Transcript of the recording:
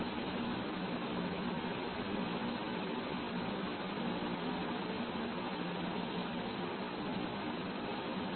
இந்த 90 இந்த நிலையில் வரும் வெர்னியர் 1 90 இந்த வெர்னியர் நிலையில் வரும் மற்றும் 270 வாசிப்பு வெர்னியர் 2 இல் வரும்